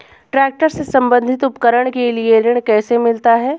Tractor से संबंधित उपकरण के लिए ऋण कैसे मिलता है?